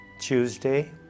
Tuesday